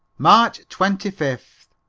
march twenty fifth.